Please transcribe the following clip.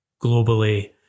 globally